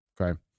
okay